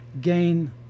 gain